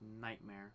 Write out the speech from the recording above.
nightmare